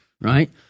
right